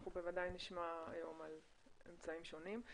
אנחנו בוודאי נשמע היום על אמצעים שונים.